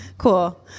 Cool